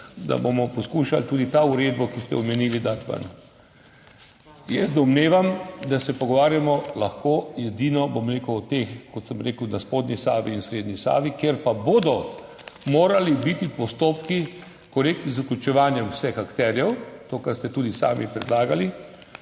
da bomo poskušali tudi to uredbo, ki ste jo omenili, dati ven. Jaz domnevam, da se pogovarjamo lahko edino o spodnji Savi in srednji Savi, kjer pa bodo morali biti postopki korektni, z vključevanjem vseh akterjev, to kar ste tudi sami predlagali.